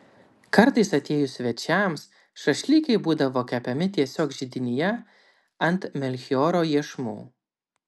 kartais atėjus svečiams šašlykai būdavo kepami tiesiog židinyje ant melchioro iešmų